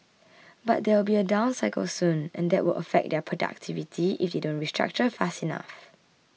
but there will be a down cycle soon and that will affect their productivity if they don't restructure fast enough